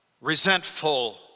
resentful